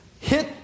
hit